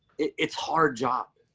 it's hard job.